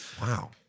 Wow